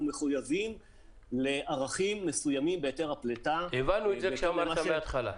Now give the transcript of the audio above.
מחויבים לערכים מסוימים בהיתר הפליטה -- הבנו את זה כשאמרת בהתחלה.